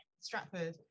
stratford